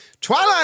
Twilight